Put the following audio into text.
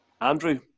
Andrew